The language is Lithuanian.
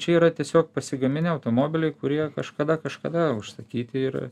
čia yra tiesiog pasigaminę automobiliai kurie kažkada kažkada užsakyti ir